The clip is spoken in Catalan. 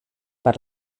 per